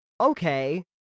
okay